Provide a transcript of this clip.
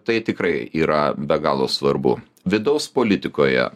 tai tikrai yra be galo svarbu vidaus politikoje